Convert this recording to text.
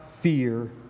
fear